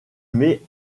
met